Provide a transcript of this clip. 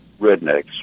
rednecks